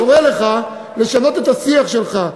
קורא לך לשנות את השיח שלך,